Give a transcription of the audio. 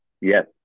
Yes